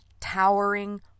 towering